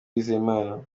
uwizeyimana